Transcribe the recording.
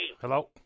Hello